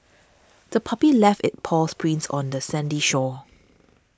the puppy left its paw prints on the sandy shore